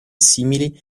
simili